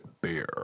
Beer